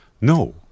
No